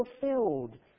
fulfilled